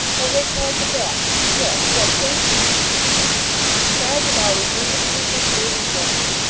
or wait till i come back yes, yes, wait here she tried with all the earnestness her fears engendered,